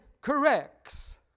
corrects